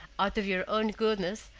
out of your own goodness,